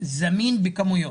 זמין בכמויות.